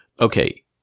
okay